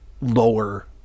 lower